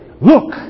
Look